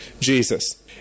Jesus